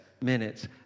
minutes